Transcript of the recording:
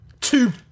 two